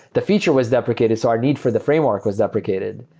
the feature was deprecated. so our need for the framework was deprecated,